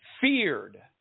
feared